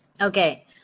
okay